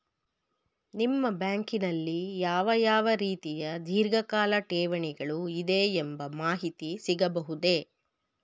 ನಿಮ್ಮ ಬ್ಯಾಂಕಿನಲ್ಲಿ ಯಾವ ಯಾವ ರೀತಿಯ ಧೀರ್ಘಕಾಲ ಠೇವಣಿಗಳು ಇದೆ ಎಂಬ ಮಾಹಿತಿ ಸಿಗಬಹುದೇ?